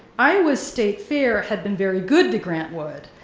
iowa's state fair had been very good to grant wood.